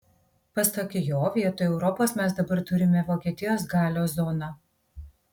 pasak jo vietoj europos mes dabar turime vokietijos galios zoną